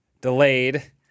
delayed